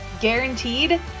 guaranteed